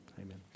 Amen